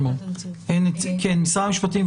המשפטים,